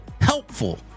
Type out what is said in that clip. HELPFUL